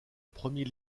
premier